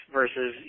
versus